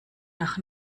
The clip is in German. nach